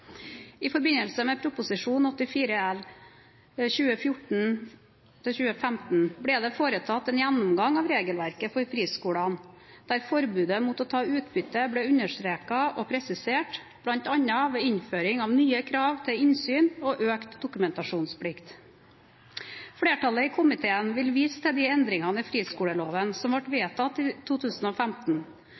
I forbindelse med Prop. 84 L for 2014–2015 ble det foretatt en gjennomgang av regelverket for friskoler, der forbudet mot å ta ut utbytte ble understreket og presisert, bl.a. ved innføring av nye krav til innsyn og økt dokumentasjonsplikt. Flertallet i komiteen vil vise til de endringene i friskoleloven som ble vedtatt i 2015.